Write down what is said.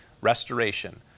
restoration